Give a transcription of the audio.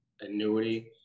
annuity